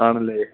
ആണല്ലേ